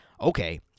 okay